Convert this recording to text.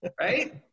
Right